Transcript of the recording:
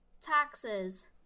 taxes